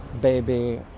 baby